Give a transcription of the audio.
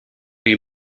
you